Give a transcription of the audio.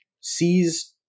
sees